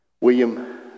William